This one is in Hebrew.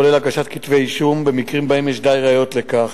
כולל הגשת כתבי אישום במקרים שבהם יש די ראיות לכך.